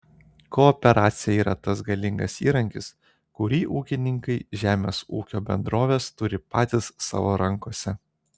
kooperacija yra tas galingas įrankis kurį ūkininkai žemės ūkio bendrovės turi patys savo rankose